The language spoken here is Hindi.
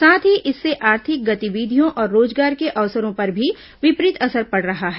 साथ ही इससे आर्थिक गतिविधियों और रोजगार के अवसरों पर भी और विपरीत असर पड़ रहा है